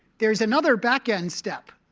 there is another back-end step.